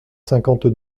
cinquante